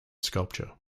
sculpture